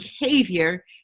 behavior